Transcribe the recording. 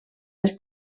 les